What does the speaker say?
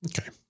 Okay